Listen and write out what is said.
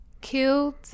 killed